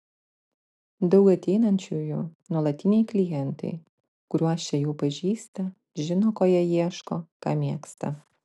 daug ateinančiųjų nuolatiniai klientai kuriuos čia jau pažįsta žino ko jie ieško ką mėgsta